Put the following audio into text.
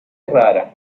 rara